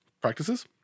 practices